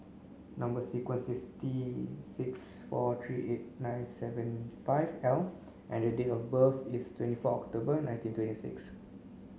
number sequence is T six four three eight nine seven five L and date of birth is twenty four October nineteen twenty six